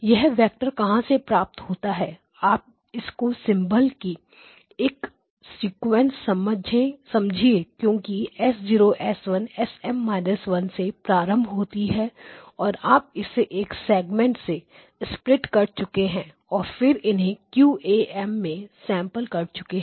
यह वेक्टर कहां से प्राप्त होते हैं आप इसको सिंबल्स की एक सीक्वेंस समझिए जोकि S0 S1 SM−1 से प्रारंभ होती के आप इसे एक सेगमेंट में स्प्लिट कर चुके हैं और फिर इन्हें QAM में सैंपल कर चुके हैं